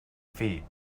feet